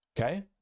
Okay